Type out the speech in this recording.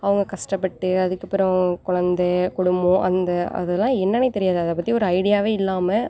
அவங்க கஷ்டப்பட்டு அதுக்கப்புறம் கொழந்த குடும்பம் அந்த அதலாம் என்னன்னே தெரியாது அதை பற்றி ஒரு ஐடியாவே இல்லாமல்